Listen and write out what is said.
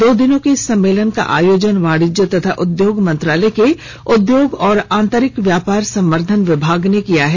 दो दिन के इस सम्मेलन का आयोजन वाणिज्य तथा उद्योग मंत्रालय के उद्योग और आंतरिक व्यापार संवर्धन विभाग ने किया है